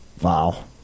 Wow